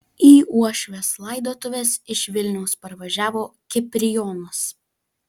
į uošvės laidotuves iš vilniaus parvažiavo kiprijonas